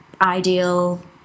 ideal